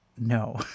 no